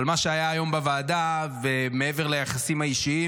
אבל מה שהיה היום בוועדה מעבר ליחסים האישיים